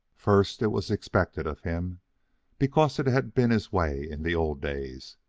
first, it was expected of him because it had been his way in the old days.